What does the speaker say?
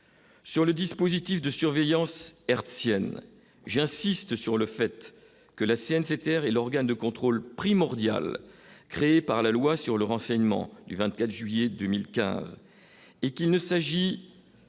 Sur le dispositif de surveillance hertzienne, j'insiste sur le fait que la CNC l'organe de contrôle primordial créé par la loi sur le renseignement du 24 juillet 2015 et qu'il ne s'agit que